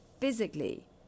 physically